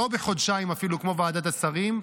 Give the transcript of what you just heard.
לא בחודשיים כמו ועדת השרים,